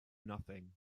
nothing